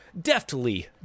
deftly